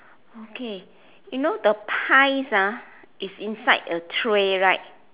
okay you know the pis ah is inside a tray right